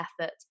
effort